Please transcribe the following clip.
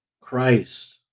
Christ